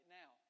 now